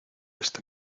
este